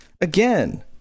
again